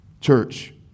church